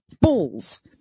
balls